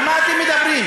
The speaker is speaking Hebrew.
על מה אתם מדברים?